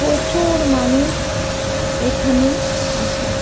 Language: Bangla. প্রচুর মানুষ এখানে আসে